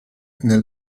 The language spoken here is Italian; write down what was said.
nel